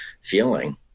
feeling